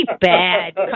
bad